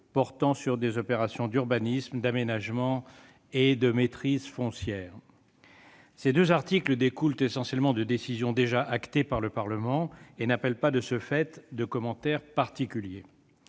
portant sur des opérations d'urbanisme, d'aménagement et de maîtrise foncière. Ces deux articles découlent essentiellement de décisions déjà actées par le Parlement et n'appellent pas, de ce fait, de commentaire particulier.